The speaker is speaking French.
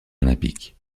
olympiques